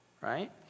right